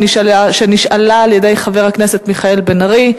של חבר הכנסת מיכאל בן-ארי,